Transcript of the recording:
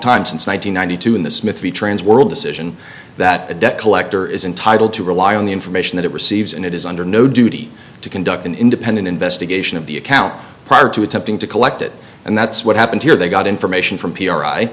time since one thousand nine hundred two in the smith v trans world decision that a debt collector is entitled to rely on the information that it receives and it is under no duty to conduct an independent investigation of the account prior to attempting to collect it and that's what happened here they got information from p r i